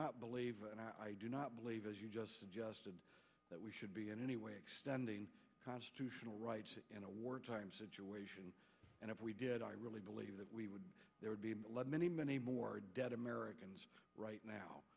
not believe and i do not believe as you just suggested that we should be in any way extending constitutional rights in a wartime situation and if we did i really believe that we would there would be many many more dead americans right now